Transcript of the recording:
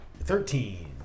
Thirteen